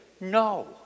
no